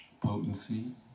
potency